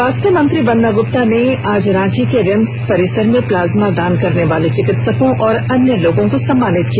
स्वास्थ्य मंत्री बन्ना गुप्ता ने आज रांची के रिम्स परिसर में प्लाज्मा दान करने वाले चिकित्सकों और अन्य लोगों को सम्मानित किया